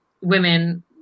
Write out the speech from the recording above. women